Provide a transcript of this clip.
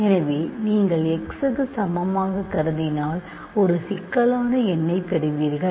எனவே நீங்கள் x க்கு சமமாக கருதினால் ஒரு சிக்கலான எண்ணைப் பெறுவீர்கள்